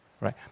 right